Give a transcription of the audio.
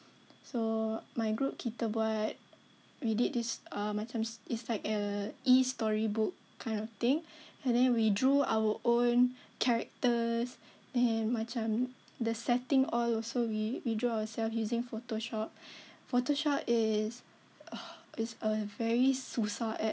so my group kita buat we did this uh macam is like a E storybook kind of thing and then we drew our own characters and macam the setting all also we we draw ourselves using Photoshop Photoshop is is a very susah app